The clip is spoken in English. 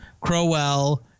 Crowell